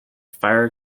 fire